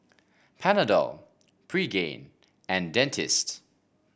Panadol Pregain and Dentiste